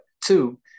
Two